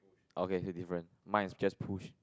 okay had different mine is just push